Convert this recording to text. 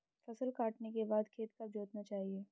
फसल काटने के बाद खेत कब जोतना चाहिये?